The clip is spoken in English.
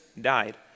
died